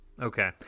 okay